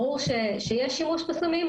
ברור שיש שימוש בסמים,